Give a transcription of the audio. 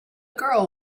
girl